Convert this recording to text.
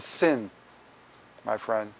a sin my friend